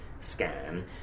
scan